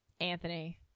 Anthony –